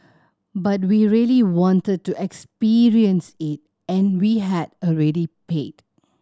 but we really wanted to experience it and we had already paid